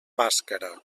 bàscara